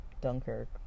Dunkirk